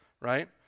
right